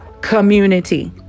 community